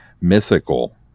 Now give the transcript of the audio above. mythical